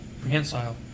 Prehensile